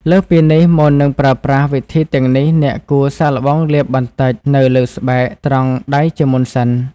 លើសពីនេះ មុននឹងប្រើប្រាស់វិធីទាំងនេះ អ្នកគួរសាកល្បងលាបបន្តិចនៅលើស្បែកត្រង់ដៃជាមុនសិន។